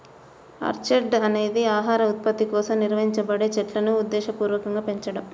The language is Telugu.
ఆర్చర్డ్ అనేది ఆహార ఉత్పత్తి కోసం నిర్వహించబడే చెట్లును ఉద్దేశపూర్వకంగా పెంచడం